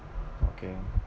okay